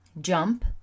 Jump